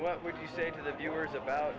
what would you say to the viewers about